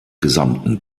gesamten